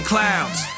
clouds